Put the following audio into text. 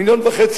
1.5 מיליון אנשים,